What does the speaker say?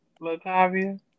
Latavia